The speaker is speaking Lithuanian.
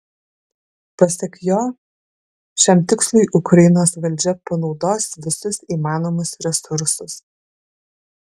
pasak jo šiam tikslui ukrainos valdžia panaudos visus įmanomus resursus